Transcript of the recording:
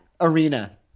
arena